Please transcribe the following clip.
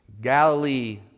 Galilee